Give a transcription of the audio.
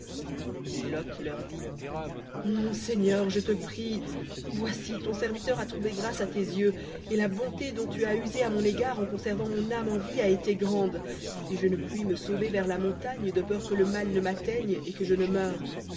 et lot leur dit non seigneur je te prie voici ton serviteur a trouvé grâce à tes yeux et la bonté dont tu as usé à mon égard en conservant mon âme en vie a été grande et je ne puis me sauver vers la montagne de peur que le mal ne m'atteigne et que je ne meure